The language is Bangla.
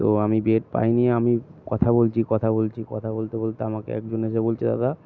তো আমি বেড পাই নি আমি কথা বলছি কথা বলছি কথা বলতে বলতে আমাকে একজন এসে বলছে দাদা